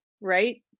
right